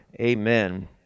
amen